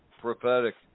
prophetic